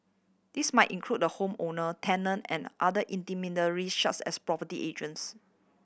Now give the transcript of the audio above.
this might include the home owner tenant and other intermediary such as property agents